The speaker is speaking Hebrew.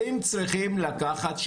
אתם צריכים לקחת בחשבון,